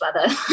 weather